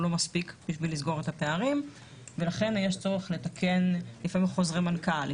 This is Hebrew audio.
לא מספיק בשביל לסגור את הפערים ולכן יש צורך לתקן לפעמים חוזרי מנכ"ל,